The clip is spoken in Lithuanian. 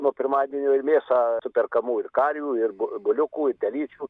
nuo pirmadienio ir mėsą superkamų ir karvių ir bu buliukų ir telyčių